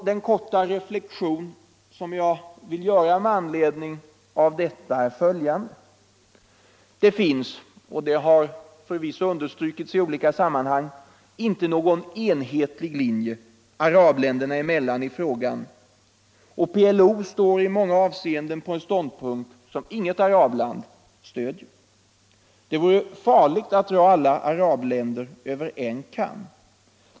Den korta reflexion som jag gör med anledning av detta är följande: "det finns — och det har förvisso understrukits i olika sammanhang — inte någon enhetlig linje arabländerna emellan i frågan, och PLO står i många avseenden på en ståndpunkt som inget arabland stöder. Det vore farligt att dra alla arabländer över en kam.